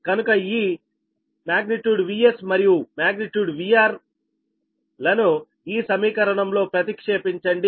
కనుక ఈ |VS| మరియు|VR|మాగ్నిట్యూడ్లను ఈ సమీకరణం లో ప్రతిక్షేపించండి